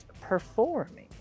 performing